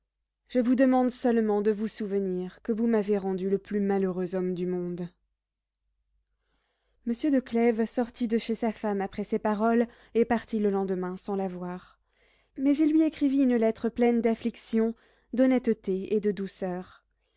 je vous demande seulement de vous souvenir que vous m'avez rendu le plus malheureux homme du monde monsieur de clèves sortit de chez sa femme après ces paroles et partit le lendemain sans la voir mais il lui écrivit une lettre pleine d'affliction d'honnêteté et de douceur